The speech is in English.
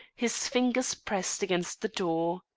his fingers pressed against the door.